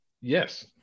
Yes